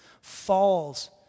falls